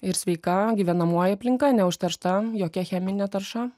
ir sveika gyvenamoji aplinka neužteršta jokia chemine tarša